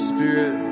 Spirit